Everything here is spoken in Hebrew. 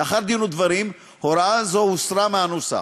לאחר דין ודברים הוראה זו הוסרה מהנוסח,